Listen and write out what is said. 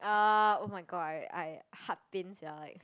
um [oh]-my-god I I heart pain sia like